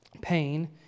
pain